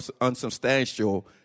unsubstantial